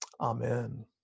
Amen